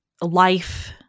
life